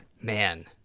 Man